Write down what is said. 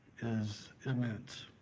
is immense,